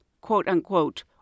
quote-unquote